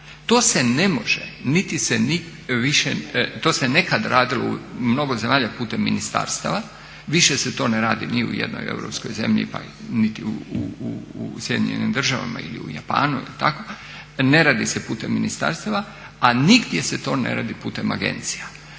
niti se više, to se nekada radilo u mnogo zemalja putem ministarstava. Više se to ne radi ni u jednoj europskoj zemlji pa niti u Sjedinjenim Državama ili u Japanu ili tako, ne radi se putem ministarstava a nigdje se to ne radi putem agencija.